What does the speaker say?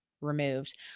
removed